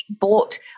bought